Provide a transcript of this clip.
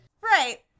Right